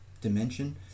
dimension